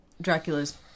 Dracula's